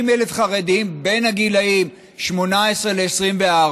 50,000 חרדים בין הגילים 18 ל-24,